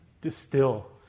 distill